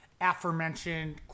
aforementioned